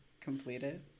completed